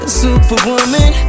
superwoman